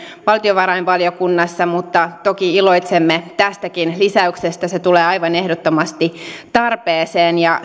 valtiovarainvaliokunnassa mutta toki iloitsemme tästäkin lisäyksestä se tulee aivan ehdottomasti tarpeeseen ja